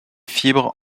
fibres